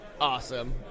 awesome